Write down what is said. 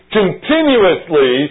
continuously